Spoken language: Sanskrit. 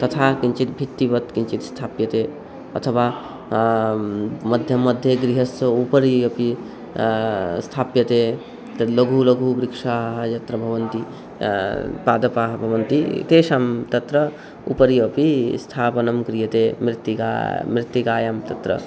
तथा किञ्चित् भित्तिवत् किञ्चित् स्थाप्यते अथवा मध्ये मध्ये गृहस्य उपरि अपि स्थाप्यते तद् लघुलघुवृक्षाः यत्र भवन्ति पादपाः भवन्ति तेषां तत्र उपरि अपि स्थापनं क्रियते मृत्तिका मृत्तिकायां तत्र